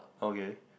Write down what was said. okay